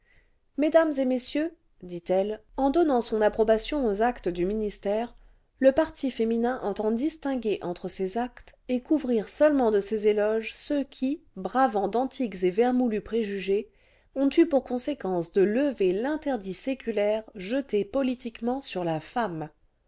mesdames et messieurs dit-elle en donnant son approbation aux actes du ministère le parti féminin entend distinguer entre ces actes et couvrir seulement cle ses éloges ceux qui bravant d'antiques et vermoulus préjugés ont eu pour conséquence de lever l'interdit séculaire jeté politiquement sur la femme